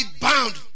bound